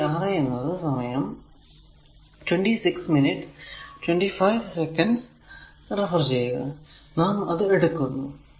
അപ്പോൾ ഈ Ra എന്നത് നാം അത് എടുക്കുന്നു